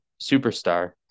superstar